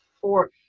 four